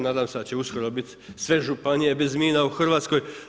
Nadam se da će uskoro biti sve županije bez mina u Hrvatskoj.